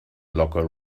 locker